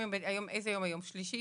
היום יום שלישי?